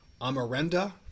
Amarenda